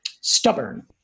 stubborn